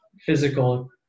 physical